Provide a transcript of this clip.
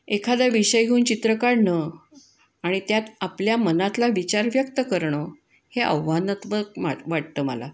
एखादा विषय घेऊन चित्र काढणं आणि त्यात आपल्या मनातला विचार व्यक्त करणं हे आव्हानात्मक मात वाटतं मला